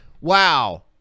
Wow